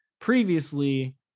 previously